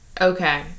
Okay